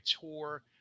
tour